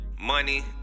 money